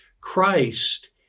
Christ